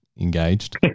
engaged